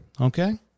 Okay